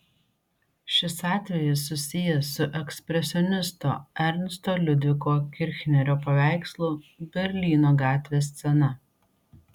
ši atvejis susijęs su ekspresionisto ernsto liudviko kirchnerio paveikslu berlyno gatvės scena